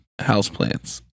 houseplants